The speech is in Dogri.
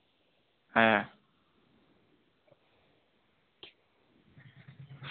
ऐं